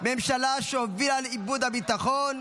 ממשלה שהובילה לאיבוד הביטחון,